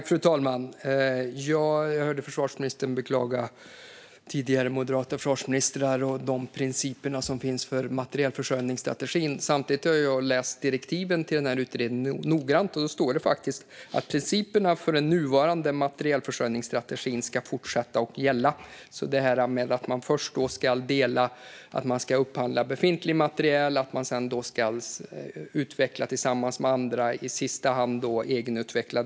Fru talman! Jag hörde försvarsministern beklaga sig över tidigare moderata försvarsministrar och de principer som finns för materielförsörjningsstrategin. Men jag har läst direktiven till utredningen noggrant, och det står faktiskt att principerna för den nuvarande materielförsörjningsstrategin ska fortsätta att gälla. Man ska upphandla befintlig materiel, sedan utveckla tillsammans med andra och i sista hand egenutveckla.